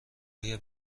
آیا